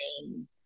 name